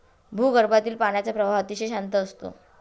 भूगर्भातील पाण्याचा प्रवाह अतिशय शांत असतो